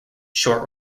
short